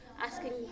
asking